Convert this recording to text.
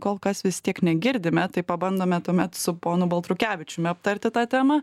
kol kas vis tiek negirdime tai pabandome tuomet su ponu baltrukevičiumi aptarti tą temą